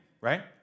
right